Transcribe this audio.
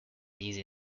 these